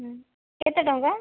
ହୁଁ କେତେ ଟଙ୍କା